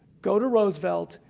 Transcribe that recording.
go to roosevelt.